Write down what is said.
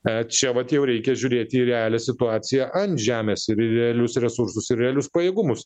e čia vat jau reikia žiūrėti į realią situaciją ant žemės ir realius resursus ir realius pajėgumus